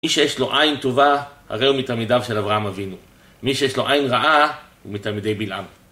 מי שיש לו עין טובה, הרי הוא מתלמידיו של אברהם אבינו. מי שיש לו עין רעה, הוא מתלמידי בלעם.